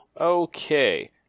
Okay